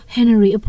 Henry